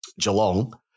Geelong